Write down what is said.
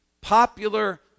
Popular